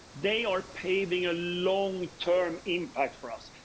they are paving a long-term impact for us.